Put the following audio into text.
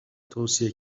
توصیه